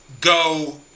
go